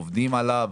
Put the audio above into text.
עובדים עליו?